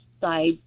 side